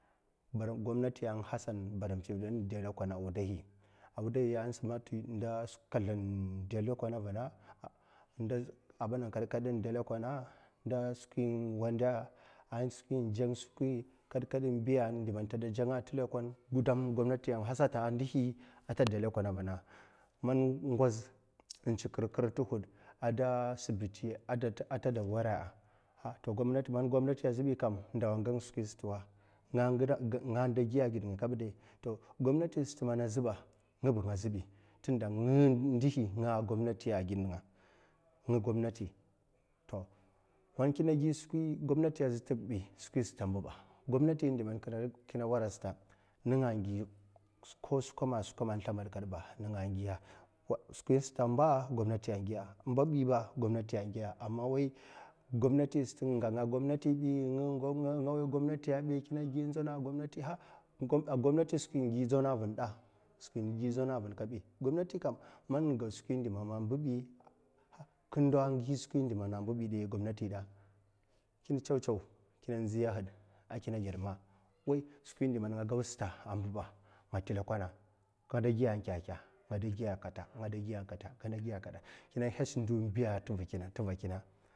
Gwamnati an hasan baran tsivid a' wudai inde lekole a' wudahi an smat a' kaldin inde lekole a' wudahi nda kad' kada inde lekole nda skwi in vanda nda skwi in dzang nda wande kad kad nda skwi lekola gudam gwamnati an hasata a' ndohi gudam a' tede a lekole a' vna, man ngoz in tsa kirkir tuhot a tide a' shibiti a tede wara'a, kat man gwamnati a' zhebi kam ndawa a' ganga skwi sat wa nga de giya a'gidinga kabde to gwamnati na mana zhebi tunda man gwamnati a'gide ninga' a, to man kin gi skwi gwamnati a' zhe tebbi sata a' mbiba gwamnatidi man kiraka sata ninga a' ko skwa'a, skwame an slabad ba ninga a giya a' skkwi sata a; ninga a'giya skwi sata a' mbibiba ninga amma wai gwamnati sata innga nga gwamnati bi nga wai gwamnati kina gindi wana a' va gwamnati skwi ingi ndzwna a' vanda, skwi a' ndzwana a'van kavi man ingo skwi man a' nbibi ka a' gi skwi mana inbibi de ko gwamnati da kin tsaw tsaw kina ndziya had a' kina ged ma wai skwi man di nga go sata a' mbibi nga slilakwana ngade giyakeke ngade giya kata a' kina hash ndm biya'a, tevakina an tevakina.